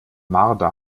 marder